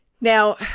Now